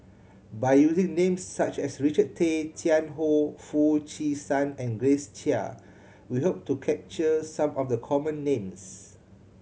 by using names such as Richard Tay Tian Hoe Foo Chee San and Grace Chia we hope to capture some of the common names